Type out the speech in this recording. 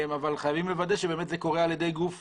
חייבים לוודא שזה באמת קורה על ידי גוף